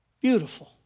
beautiful